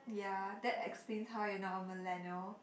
ya that explains how you're not a millennial